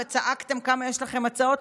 וצעקתם כמה יש לכם הצעות.